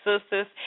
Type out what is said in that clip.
Sisters